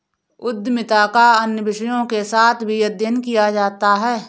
उद्यमिता का अन्य विषयों के साथ भी अध्ययन किया जाता है